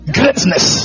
greatness